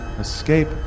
escape